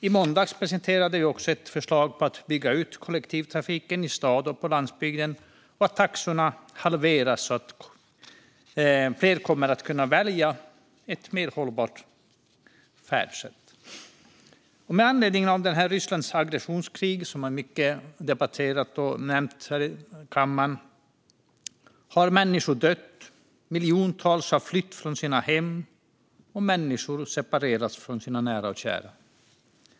I måndags presenterade vi också ett förslag om att bygga ut kollektivtrafiken i stad och på landsbygd och att taxorna halveras så att fler kommer att kunna välja ett mer hållbart färdsätt. Med anledning av Rysslands aggressionskrig, som ofta nämns och debatteras här i kammaren, har människor dött, miljontals fått fly från sina hem och människor separerats från sina nära och kära.